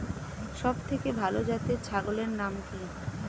সবথেকে ভালো জাতের ছাগলের নাম কি?